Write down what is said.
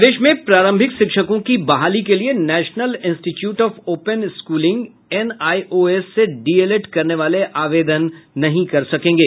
प्रदेश में प्रारंभिक शिक्षकों की के लिये बहाली National Institute of Open Schooling NIOS से डीएलएड करने वाले आवेदन नहीं कर सकेंगे